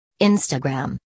Instagram